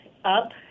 up